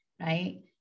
right